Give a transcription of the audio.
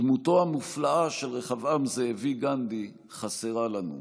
דמותו המופלאה של רחבעם זאבי, גנדי, חסרה לנו.